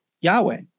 Yahweh